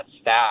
staff